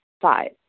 Five